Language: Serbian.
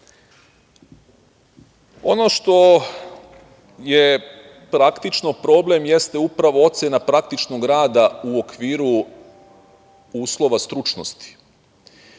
što je praktično problem, jeste upravo ocena praktičnog rada u okviru uslova stručnosti.